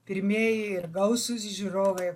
pirmieji ir gausūs žiūrovai